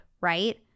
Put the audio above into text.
right